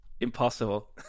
Impossible